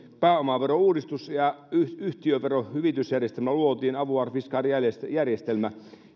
pääomaverouudistus ja luotiin yhtiöveron hyvitysjärjestelmä avoir fiscal järjestelmä järjestelmä